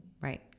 Right